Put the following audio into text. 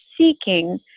seeking